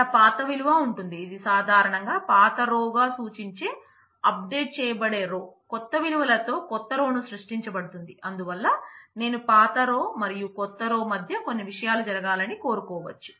అక్కడ పాత విలువ ఉంటుంది ఇది సాధారణంగా పాత రోమధ్య కొన్ని విషయాలు జరగాలని కోరుకోవచ్చు